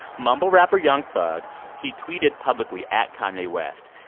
mumble rapper young thug he tweeted publicly at kanye west,